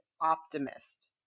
optimist